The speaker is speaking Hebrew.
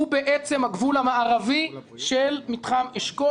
הוא בעצם הגבול המערבי של מתחם אשכול.